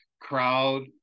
crowd